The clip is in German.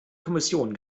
kommission